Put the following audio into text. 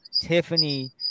Tiffany